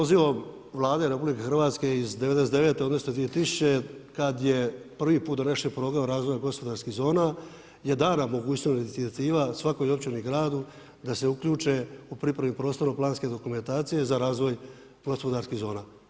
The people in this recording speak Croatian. pozivam Vladu RH iz '99. odnosno 2000. kad je prvi put donesen program razvoja gospodarskih zona je dana mogućnost inicijativa svakoj općini i gradu da se uključe u pripremi prostora planske dokumentacije za razvoj gospodarskih zona.